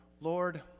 Lord